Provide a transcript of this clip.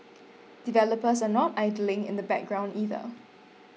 developers are not idling in the background either